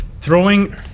throwing